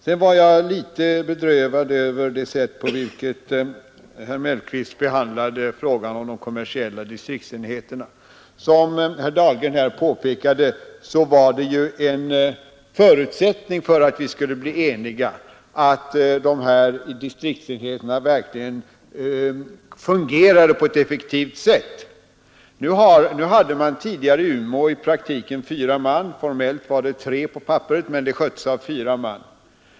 Jag var litet bedrövad över det sätt på vilket herr Mellqvist behandlade frågan om de kommersiella distriktsenheterna. Som herr Dahlgren här påpekade var en förutsättning för att vi skulle bli eniga vid beslutet om SJ:s organisation att distriktsenheterna verkligen fungerade på ett effektivt sätt. Tidigare hade man i Umeå i praktiken 4 man — formellt 3 Personalen har nu halverats till 2.